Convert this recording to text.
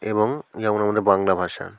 এবং যেমন আমাদের বাংলা ভাষা